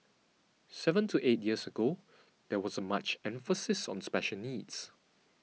seven to eight years ago there wasn't such emphasis on special needs